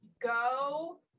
go